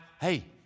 Hey